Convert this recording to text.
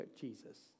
Jesus